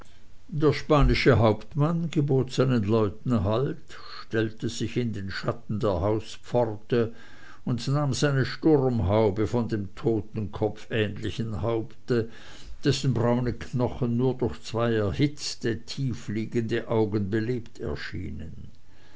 der spanische hauptmann gebot seinen leuten halt stellte sich in den schatten der hauspforte und nahm seine sturmhaube von dem totenkopfähnlichen haupte dessen braune knochen nur durch zwei erhitzte tiefliegende augen belebt erschienen